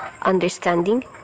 understanding